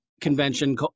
convention